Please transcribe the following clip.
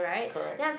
correct